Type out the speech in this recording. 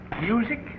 Music